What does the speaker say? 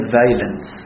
violence